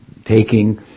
taking